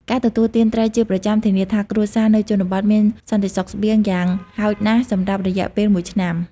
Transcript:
ការទទួលទានត្រីជាប្រចាំធានាថាគ្រួសារនៅជនបទមាន សន្តិសុខស្បៀង យ៉ាងហោចណាស់សម្រាប់រយៈពេលមួយឆ្នាំ។